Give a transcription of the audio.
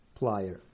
plier